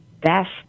best